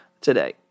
today